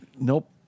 Nope